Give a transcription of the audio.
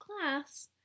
class